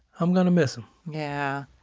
i'm gonna miss him yeah.